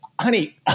honey